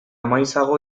maizago